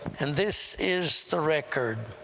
and this is the record,